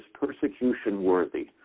persecution-worthy